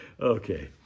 Okay